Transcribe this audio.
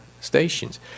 stations